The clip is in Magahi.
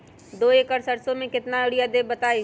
दो एकड़ सरसो म केतना यूरिया देब बताई?